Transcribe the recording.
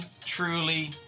truly